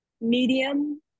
medium